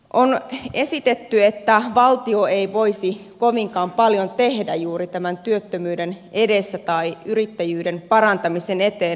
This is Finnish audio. on esitetty että valtio ei voisi kovinkaan paljon tehdä juuri tämän työttömyyden edessä tai yrittäjyyden parantamisen eteen